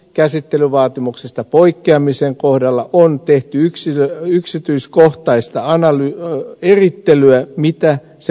käsittelyvaatimuksesta poikkeamisen kohdalla on tehty yksityiskohtaista erittelyä mitä se merkitsee